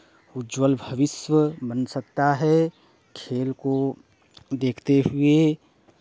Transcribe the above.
उज्जवल भविष्य बन सकता है खेल को देखते हुए